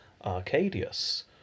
Arcadius